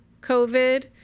covid